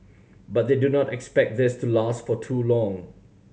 but they do not expect this to last for too long